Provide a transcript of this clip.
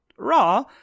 Raw